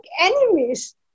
enemies